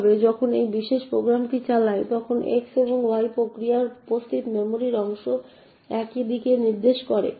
এইভাবে যখন এই বিশেষ প্রোগ্রামটি চালাই তখন x এবং y প্রক্রিয়ায় উপস্থিত মেমরির অংশ একই দিকে নির্দেশ করে